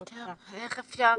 אי אפשר